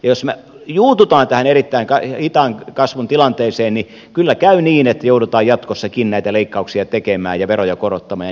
jos me juutumme tähän erittäin hitaan kasvun tilanteeseen niin kyllä käy niin että joudutaan jatkossakin näitä leikkauksia tekemään ja veroja korottamaan jnp